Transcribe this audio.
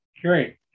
Great